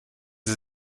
sie